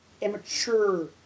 immature